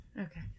Okay